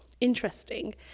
interesting